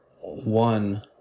one